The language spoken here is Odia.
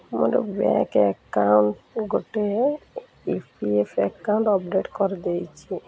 ମୋର ବ୍ୟାଙ୍କ ଆକାଉଣ୍ଟ୍ ଗୋଟେ E P F account update କରିଦେଇଛି